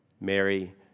Mary